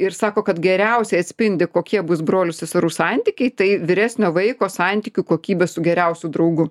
ir sako kad geriausiai atspindi kokie bus brolių seserų santykiai tai vyresnio vaiko santykių kokybė su geriausiu draugu